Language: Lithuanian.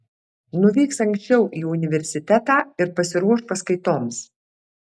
nuvyks anksčiau į universitetą ir pasiruoš paskaitoms